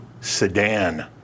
sedan